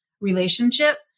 relationship